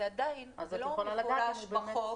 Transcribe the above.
זה עדיין לא מפורש בחוק